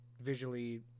visually